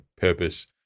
purpose